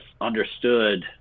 understood